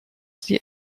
sie